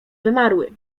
wymarły